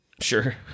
Sure